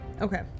Okay